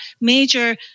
major